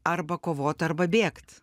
arba kovot arba bėgt